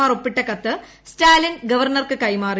മാർ ഒപ്പിട്ട കത്ത് സ്റ്റാലിൻ ഗവർണർക്ക് കൈമാറി